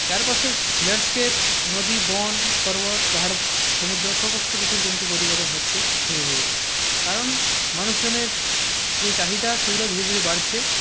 চারপাশের ল্যান্ডস্কেপ নদী বন পর্বত পাহাড় সমুদ্র সমস্ত কিছুর কিন্তু পরিবর্তন হচ্ছে ধীরে ধীরে কারণ মানুষজনের যে চাহিদা সেগুলো ধীরে ধীরে বাড়ছে